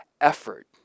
effort